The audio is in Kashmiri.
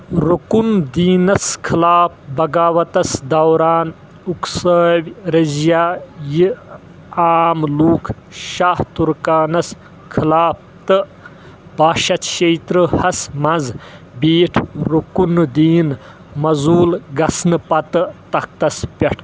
رُکُن دینس خٕلاف بغاوتس دوران اُکسٲوۍ رضیا یہ عام لُکھ شاہ تُرکانس خٕلاف تہٕ بہہ شتھ شیٚیہِ ترٕٛہ ہَس منٛز بیٖٹھۍ رُکُن الدین معزول گژھنہٕ پتہٕ تختس پٮ۪ٹھ